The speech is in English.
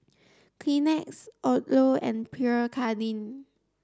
Lleenex Odlo and Pierre Cardin